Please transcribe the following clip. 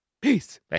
Peace